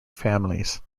families